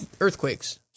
earthquakes